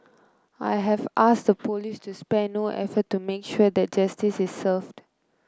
I have asked the police to spare no effort to make sure that justice is served